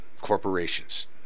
corporations